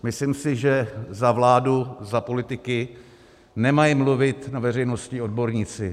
Myslím si, že za vládu, za politiky nemají mluvit na veřejnosti odborníci.